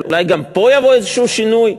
אולי גם פה יבוא איזשהו שינוי?